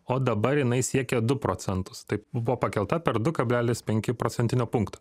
o dabar jinai siekia du procentus tai buvo pakelta per du kablelis penki procentinio punkto